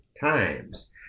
times